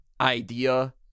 idea